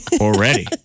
already